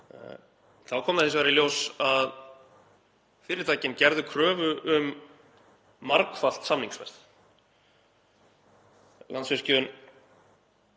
Þá kom það hins vegar í ljós að fyrirtækin gerðu kröfu um margfalt samningsverð. Landsvirkjun